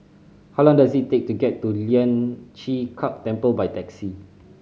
how long does it take to get to Lian Chee Kek Temple by taxi